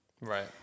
Right